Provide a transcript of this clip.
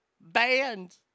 Banned